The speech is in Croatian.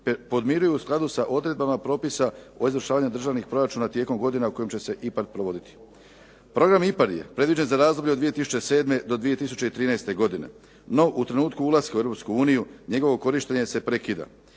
podmiruju u skladu sa odredbama propisa o izvršavanju državnih proračuna tijekom godina u kojim će se IPARD provoditi. Program IPARD je predviđen za razdoblje od 2007. do 2013. godine. No u trenutku ulaska u Europsku uniju njegovo korištenje se prekida.